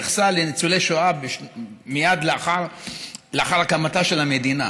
התייחסה לניצולי שואה מייד לאחר הקמתה של המדינה.